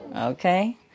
Okay